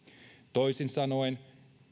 toisin sanoen